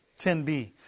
10b